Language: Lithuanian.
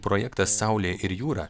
projektas saulė ir jūra